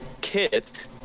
kit